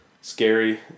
scary